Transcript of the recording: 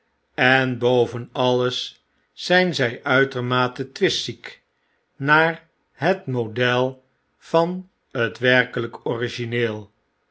en boven alles zyn zy uitermate twistziek naar het model van liet werkelijke origineel